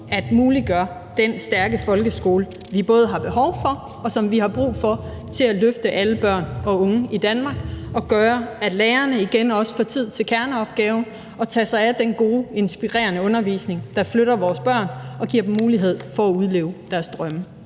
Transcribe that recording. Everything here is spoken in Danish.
vi muliggør den stærke folkeskole, vi har behov for, og som vi har brug for til at løfte alle børn og unge i Danmark, og muliggør, at lærerne igen også får tid til kerneopgaven, nemlig at tage sig af den gode og inspirerende undervisning, der flytter vores børn og giver dem mulighed for at udleve deres drømme.